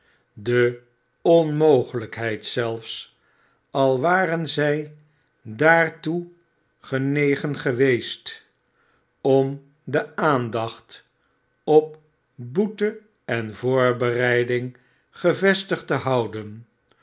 de onmogelijkheid zelfs al waren zij daartoe genegen geweest om de aandacht op boete en voorbereiding gevestigd te houden